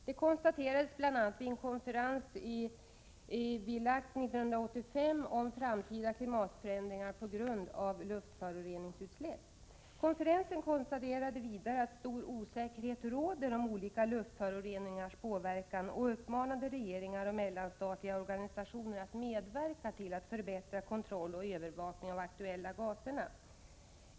Detta konstaterades bl.a. vid en konferens i Villach 1985 om framtida klimatförändringar på grund av luftföroreningsutsläpp. Konferensen konstaterade vidare att stor osäkerhet råder om olika luftföroreningars påverkan och uppmanade regeringar och mellanstatliga organisationer att medverka till att förbättra kontroll och övervakning av de aktuella gaserna.